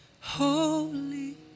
Holy